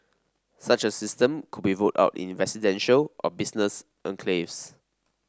such a system could be rolled out in residential or business enclaves